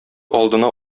алдына